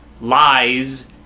lies